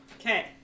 Okay